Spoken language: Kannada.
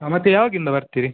ಹಾಂ ಮತ್ತೆ ಯಾವಾಗಿಂದ ಬರ್ತೀರಿ